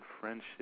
friendship